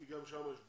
כי גם שם יש בעיות.